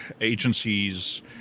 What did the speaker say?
agencies